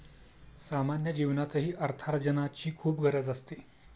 सामान्य जीवनातही अर्थार्जनाची खूप गरज असते